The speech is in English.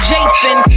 Jason